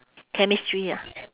chemistry ah